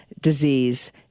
disease